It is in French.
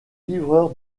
livreur